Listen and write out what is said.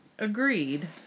Agreed